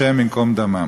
השם ייקום דמם.